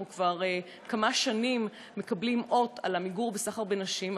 אנחנו כבר כמה שנים מקבלים אות על מיגור הסחר בנשים,